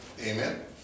Amen